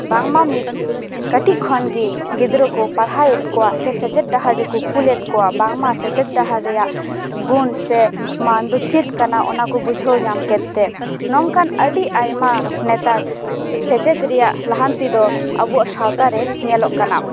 ᱵᱟᱝᱢᱟ ᱢᱤᱫ ᱠᱟᱹᱴᱤᱡ ᱠᱷᱚᱱ ᱜᱮ ᱜᱤᱫᱽᱨᱟᱹ ᱠᱚ ᱯᱟᱲᱦᱟᱣ ᱮᱫ ᱠᱚᱣᱟ ᱥᱮ ᱥᱮᱪᱮᱫ ᱰᱟᱦᱟᱨ ᱨᱮᱠᱚ ᱠᱩᱞᱮᱫ ᱠᱚᱣᱟ ᱵᱟᱝᱢᱟ ᱥᱮᱪᱮᱫ ᱰᱟᱦᱟᱨ ᱨᱮᱭᱟᱜ ᱜᱩᱱ ᱥᱮ ᱢᱟᱱ ᱫᱚ ᱪᱮᱫ ᱠᱟᱱᱟ ᱚᱱᱟ ᱠᱚ ᱵᱩᱡᱷᱟᱹᱣ ᱧᱟᱢ ᱠᱮᱫ ᱛᱮ ᱱᱚᱝᱠᱟᱱ ᱟᱹᱰᱤ ᱟᱭᱢᱟ ᱱᱮᱛᱟᱨ ᱥᱮᱪᱮᱫ ᱨᱮᱭᱟᱜ ᱞᱟᱦᱟᱱᱛᱤ ᱫᱚ ᱟᱵᱚᱣᱟᱜ ᱥᱟᱶᱛᱟ ᱨᱮ ᱧᱮᱞᱚᱜ ᱠᱟᱱᱟ